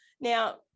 Now